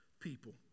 people